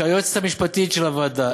שהיועצת המשפטית של הוועדה,